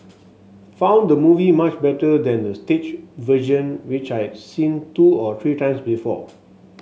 found the movie much better than the stage version which I had seen two or three times before